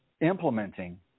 implementing